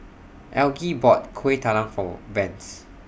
Algie bought Kuih Talam For Vance